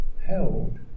held